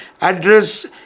address